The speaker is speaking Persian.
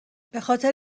بخاطر